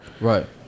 Right